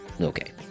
Okay